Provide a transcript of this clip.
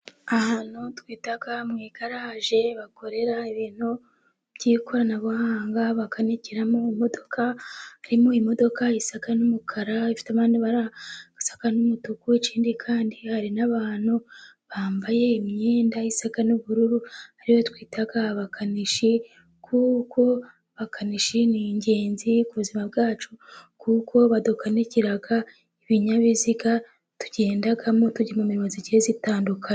Ahantu twita mu igaraje, bakorera ibintu by'ikoranabuhanga bakanikiramo imodoka, harimo imodoka isa n'umukara ifite n'andi mabara asa n'umutuku, ikindi kandi hari n'abantu bambaye imyenda isa n'ubururu ari bo twita abakanishi, kuko abakanishi ni ingenzi ku buzima bwacu, kuko badukanikira ibinyabiziga tugendamo, tugiye mu mirimo igiye itandukanye.